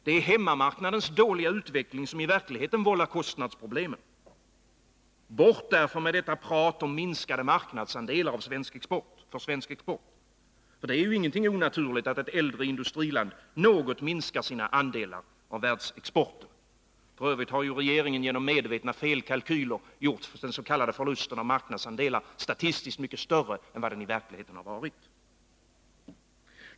Det är hemmamarknadens dåliga utveckling som i verkligheten vållar kostnadspro blemen. Bort, därför, med detta prat om minskade marknadsandelar för svensk export! Det är ju inget onaturligt att ett äldre industriland något minskar sina andelar av världsexporten. Och f. ö. har regeringen genom medvetna felkalkyler gjort den s.k. förlusten av marknadsandelar statistiskt mycket större än vad den i verkligheten har varit.